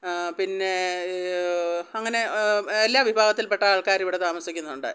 പിന്നെ അങ്ങനെ എല്ലാ വിഭാഗത്തിൽപ്പെട്ട ആൾക്കാരും ഇവിടെ താമസിക്കുന്നുണ്ട്